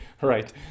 right